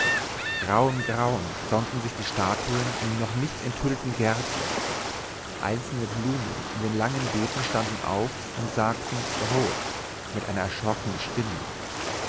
grau im grauen sonnten sich die statuen in den noch nicht enthüllten gärten einzelne blumen in den langen beeten standen auf und sagten rot mit einer erschrockenen stimme